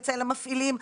בצל המפעילים,